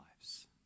lives